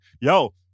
Yo